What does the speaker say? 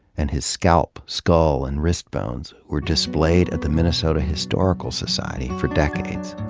and his scalp, skull, and wrist bones were displayed at the minnesota historical society for decades.